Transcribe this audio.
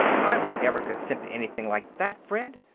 i won't ever consent to anything like that, fred!